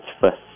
first